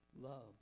love